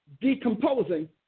decomposing